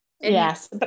Yes